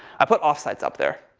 i put offsites up there,